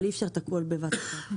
אבל אי אפשר את הכול בבת אחת.